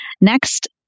Next